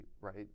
right